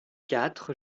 quatre